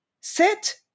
sit